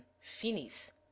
finis